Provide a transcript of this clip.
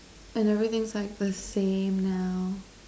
and everything's like the same now